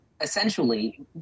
essentially